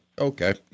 Okay